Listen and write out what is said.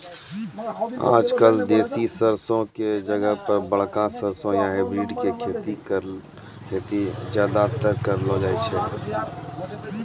आजकल देसी सरसों के जगह पर बड़का सरसों या हाइब्रिड के खेती ज्यादातर करलो जाय छै